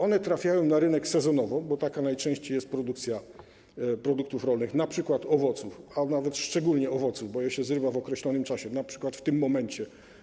One trafiają na rynek sezonowo, bo taka najczęściej jest produkcja produktów rolnych, np. owoców, a nawet szczególnie owoców, bo zrywa się je w określonym czasie, np. w tym momencie.